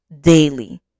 daily